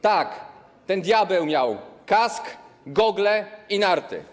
Tak, ten diabeł miał kask, gogle i narty.